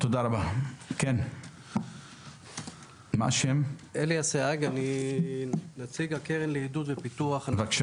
אני נציג הקרן לעידוד ופיתוח ענף